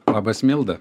labas milda